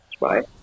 Right